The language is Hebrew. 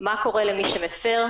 מה קורה למי שמפר?